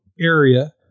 area